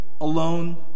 alone